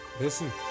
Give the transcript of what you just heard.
Listen